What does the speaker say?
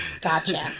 Gotcha